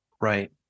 Right